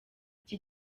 iki